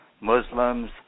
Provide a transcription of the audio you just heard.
Muslims